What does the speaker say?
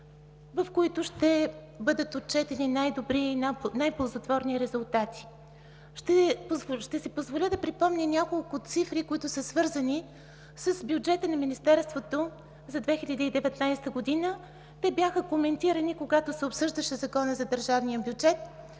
в които ще бъдат отчетени най-добри и най-ползотворни резултати. Ще си позволя да припомня няколко цифри, които са свързани с бюджета на Министерството на за 2019 г. Те бяха коментирани, когато се обсъждаше Законът за държавния бюджет,